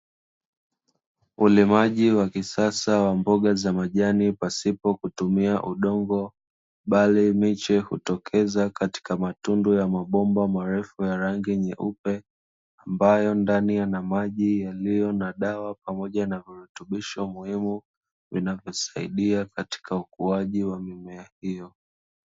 Ulimaji wa kisasa wa mboga za majani pasipo kutumia udongo bale mechi hutokeza katika matundu ya mabomba marefu ya rangi nyeupe ambayo ndani ya maji yaliyo na dawa pamoja na utumishi muhimu zinakusaidia katika ukuaji wa mimea hiyo.